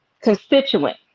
constituent